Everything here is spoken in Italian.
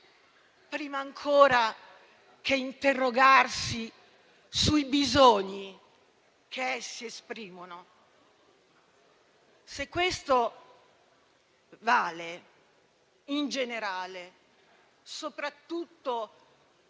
prima ancora che interrogarsi sui bisogni che essi esprimono. Se questo vale in generale, soprattutto